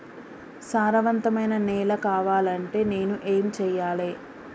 సారవంతమైన నేల కావాలంటే నేను ఏం చెయ్యాలే?